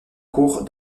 cours